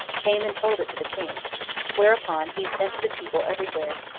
came and told it to the king whereupon he sent to the people every where,